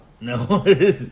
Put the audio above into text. No